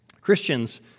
Christians